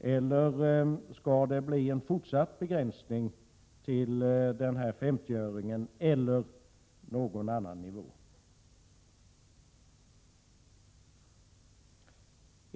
eller skall det bli en fortsatt begränsning till 50 öre eller till någon annan nivå?